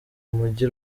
mujyi